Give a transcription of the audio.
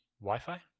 Wi-Fi